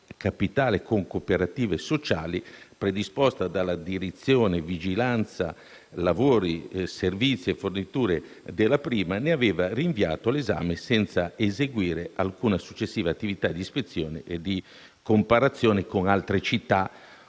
Capitale con cooperative sociali, predisposta dalla direzione vigilanza, lavori, servizi e forniture della prima, ne aveva rinviato l’esame senza eseguire alcuna successiva attività di ispezione o di comparazione con altre città